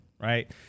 right